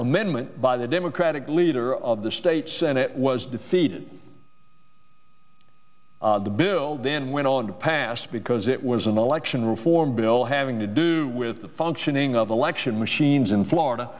amendment by the democratic leader of the state senate was defeated the bill then went on to pass because it was an election reform bill having to do with the functioning of election machines in florida